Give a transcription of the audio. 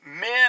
men